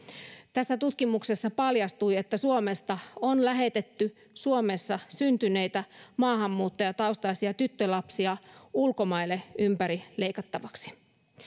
tässä tutkimuksessa paljastui että suomesta on lähetetty suomessa syntyneitä maahanmuuttajataustaisia tyttölapsia ulkomaille ympärileikattavaksi